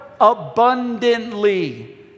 abundantly